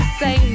say